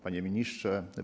Panie Ministrze!